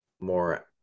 more